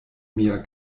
mia